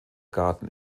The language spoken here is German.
garten